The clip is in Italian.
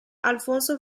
alfonso